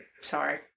sorry